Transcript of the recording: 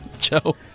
Joe